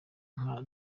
nka